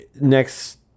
next